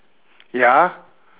ya